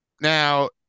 Now